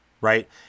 right